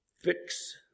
fix